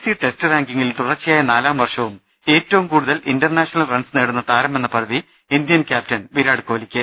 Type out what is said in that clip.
C test റാങ്കിംഗിൽ തുടർച്ചയായ നാലാം വർഷവും ഏറ്റവും കൂടുതൽ ഇന്റർനാഷണൽ റൺസ് നേടുന്ന താരമെന്ന പദവി ഇന്ത്യൻ ക്യാപ്റ്റൻ വിരാട് കോലി ക്ക്